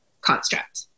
construct